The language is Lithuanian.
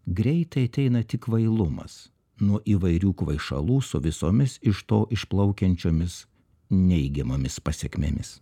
greitai ateina tik kvailumas nuo įvairių kvaišalų su visomis iš to išplaukiančiomis neigiamomis pasekmėmis